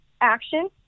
action